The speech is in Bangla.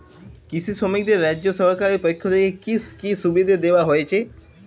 কৃষি শ্রমিকদের রাজ্য সরকারের পক্ষ থেকে কি কি সুবিধা দেওয়া হয়েছে?